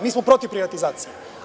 Mi smo protiv privatizacije.